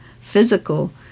physical